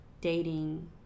dating